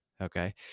okay